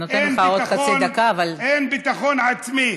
אני נותנת לך עוד חצי דקה, אבל, אין ביטחון אישי.